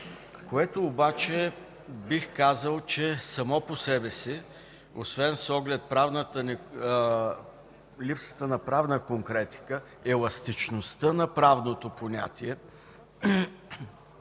което обаче, бих казал, че само по себе си освен с оглед липсата на правна конкретика, еластичността на правното понятие,